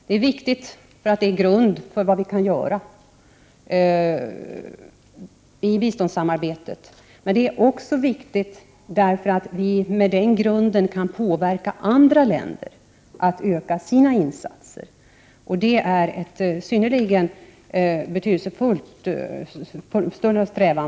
Det är viktigt därför att det utgör en grund för vad vi kan göra i biståndssamarbetet, men det är också viktigt därför att vi med den grunden kan påverka andra länder att öka sina insatser, vilket är synnerligen betydelsefullt.